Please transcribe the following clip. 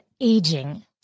aging